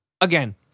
again